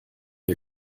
ihr